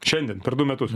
šiandien per du metus